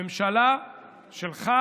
עכשיו הממשלה שלך,